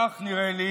כך נראה לי.